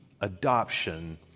adoption